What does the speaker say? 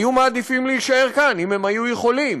היו מעדיפים להישאר כאן אם הם היו יכולים,